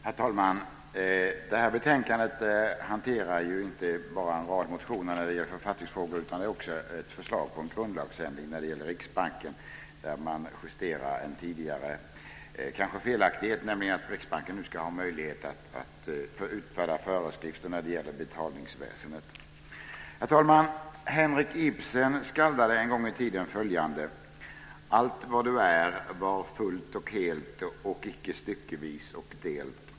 Herr talman! Det här betänkandet behandlar inte bara en rad motioner om författningsfrågor utan också ett förslag om en grundlagsändring gällande Riksbanken. Man justerar en tidigare felaktighet, nämligen att Riksbanken nu ska ha möjlighet att utfärda föreskrifter om betalningsväsendet. Herr talman! Henrik Ibsen skaldade en gång i tiden följande: Allt vad du är, var fullt och helt och icke styckevis och delt.